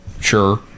sure